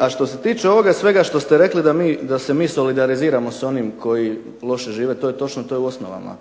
A što se tiče ovoga svega što ste rekli da se mi solidaliziramo s onim koji loše žive, to je točno. To je u osnovama